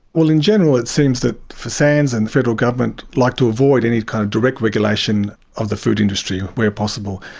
well, in general, it seems that fsanz and the federal government like to avoid any kind of direct regulation of the food industry where possible,